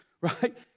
right